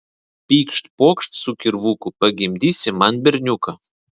pykšt pokšt su kirvuku pagimdysi man berniuką